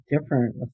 different